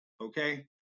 Okay